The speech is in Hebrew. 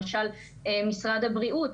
למשל משרד הבריאות.